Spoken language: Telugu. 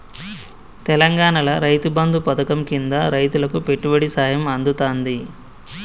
తెలంగాణాల రైతు బంధు పథకం కింద రైతులకు పెట్టుబడి సాయం అందుతాంది